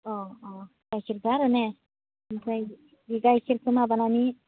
अ अ गाइखेरजों आरो ने ओमफ्राय बे गाइखेरखौ माबानानै